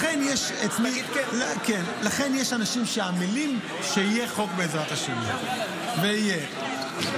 לכן יש אנשים שעמלים שיהיה חוק, בעזרת השם, ויהיה.